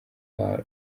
kwa